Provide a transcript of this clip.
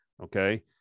Okay